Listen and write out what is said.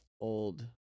old